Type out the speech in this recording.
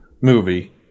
movie